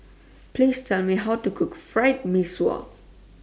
Please Tell Me How to Cook Fried Mee Sua